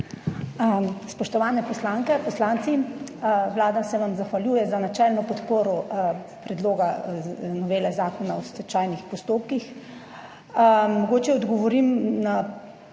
Spoštovani poslanke, poslanci! Vlada se vam zahvaljuje za načelno podporo Predlogu novele Zakona o stečajnih postopkih. Mogoče odgovorim na